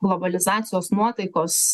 globalizacijos nuotaikos